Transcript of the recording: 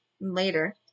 later